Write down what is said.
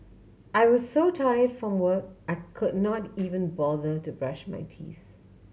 I was so tired from work I could not even bother to brush my teeth